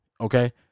okay